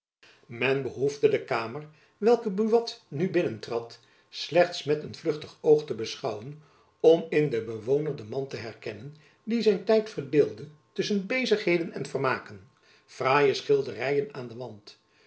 men behoefde de kamer welke buat nu binnen trad slechts met een vluchtig oog te beschouwen om in den bewoner den man te herkennen die zijn tijd verdeelde tusschen bezigheden en vermaken fraaie schilderyen aan den wand